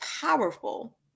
powerful